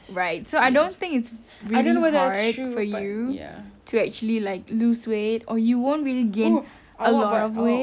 right so I don't think I don't know whether it's true for you to actually like lose weight you won't really gain a lot of weight